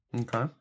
Okay